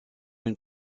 une